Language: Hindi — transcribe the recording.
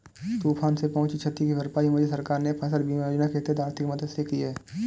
तूफान से पहुंची क्षति की भरपाई मुझे सरकार ने फसल बीमा योजना के तहत आर्थिक मदद से की है